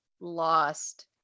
lost